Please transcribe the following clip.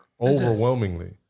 overwhelmingly